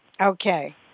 Okay